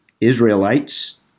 Israelites